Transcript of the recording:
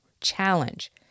challenge